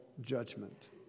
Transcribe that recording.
judgment